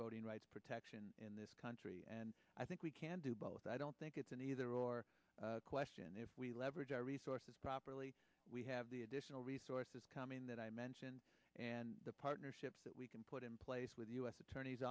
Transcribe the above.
voting rights protection in this country and i think we can do both i don't think it's an either or question if we leverage our resources properly we have the additional resources coming in that i mentioned and the partnerships that we can put in place with u s attorneys